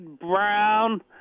Brown